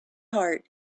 heart